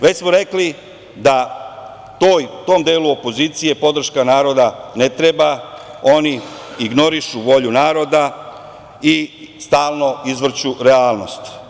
Već smo rekli da tom delu opozicije podrška naroda ne treba, oni ignorišu volju naroda i stalno izvrću realnost.